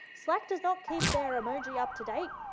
slack does not keep their emoji up to date.